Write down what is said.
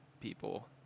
people